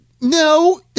No